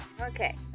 Okay